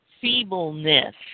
feebleness